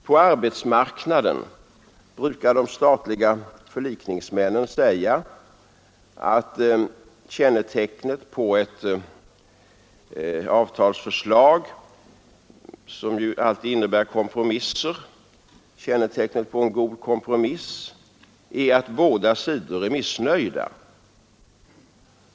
På arbetsmarknaden brukar de statliga förlikningsmännen säga att kännetecknet på en god kompromiss är att båda sidor är missnöjda.